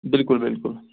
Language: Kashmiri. بِلکُل بِلکُل